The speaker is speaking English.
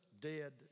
dead